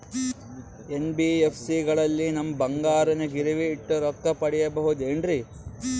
NBFC ಗಳಲ್ಲಿ ನಮ್ಮ ಬಂಗಾರನ ಗಿರಿವಿ ಇಟ್ಟು ರೊಕ್ಕ ಪಡೆಯಬಹುದೇನ್ರಿ?